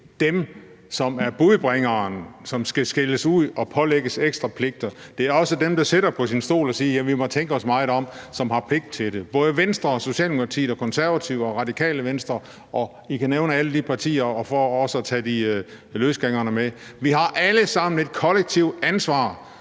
dem, der er budbringerne, som skal skældes ud og pålægges ekstra pligter. Det er også dem, der sidder på deres stol og siger, at vi må tænke os meget om, som har pligt til det. Det er både Venstre, Socialdemokratiet, Konservative og Radikale Venstre, og I kan nævne alle de partier, der er med, og også tage løsgængerne med. Vi har alle sammen et kollektivt ansvar